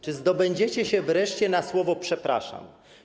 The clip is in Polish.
Czy zdobędziecie się wreszcie na słowo „przepraszam”